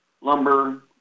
lumber